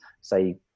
say